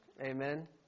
Amen